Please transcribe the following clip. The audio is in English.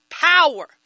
power